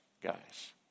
guys